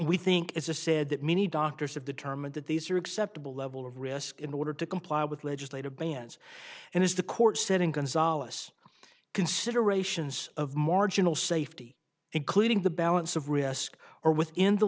we think it's a said that many doctors have determined that these are acceptable level of risk in order to comply with legislative bans and as the court said in gonzales considerations of marginal safety including the balance of risk are within the